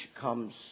comes